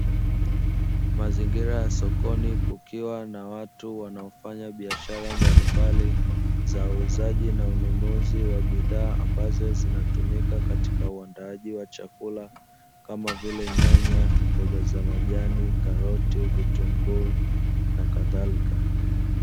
Mazingira ya sokoni kukiwa na watu wanaofanya biashara mbalimbali za uuzaji na ununuzi wa bidhaa ambazo zinatumika katika uandaaji wa chakula kama vile nyanya, mboga za majani, karoti, vitunguu, na kadhalika.